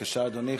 בבקשה, אדוני.